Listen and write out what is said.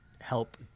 help